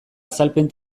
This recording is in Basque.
azalpen